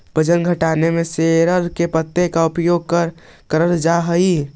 वजन घटाने में सोरल के पत्ते का उपयोग करल जा हई?